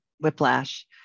Whiplash